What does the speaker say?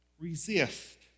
Resist